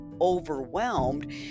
overwhelmed